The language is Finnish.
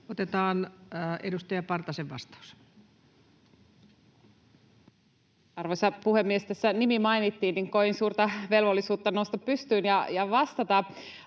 Time: 22:01 Content: Arvoisa puhemies! Kun tässä nimi mainittiin, niin koin suurta velvollisuutta nousta pystyyn ja vastata.